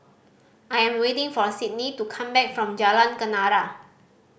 I am waiting for Sydney to come back from Jalan Kenarah